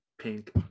pink